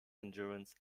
endurance